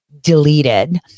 deleted